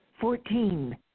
Fourteen